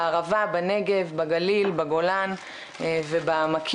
בערבה, בנגב, בגליל, בגולן ובעמקים.